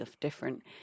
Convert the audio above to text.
different